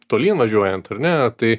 tolyn važiuojant ar ne tai